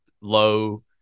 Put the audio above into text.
low